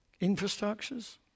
infrastructures